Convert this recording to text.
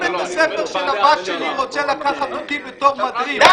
אם בית הספר של הבת שלי רוצה לקחת אותי בתור מדריך,